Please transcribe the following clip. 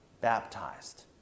baptized